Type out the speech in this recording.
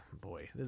boy